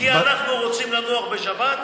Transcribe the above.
כי אנחנו רוצים לנוח בשבת,